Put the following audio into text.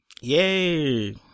Yay